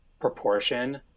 proportion